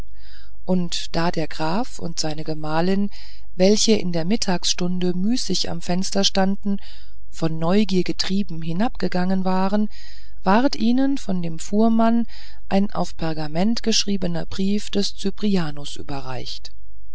und da der graf und seine gemahlin welche in der nachmittagsstunde müßig am fenster standen von neugierde getrieben hinabgegangen waren ward ihnen von dem fuhrmann ein auf pergament geschriebener brief des cyprianus überreicht